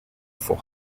for